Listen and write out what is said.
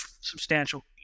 substantial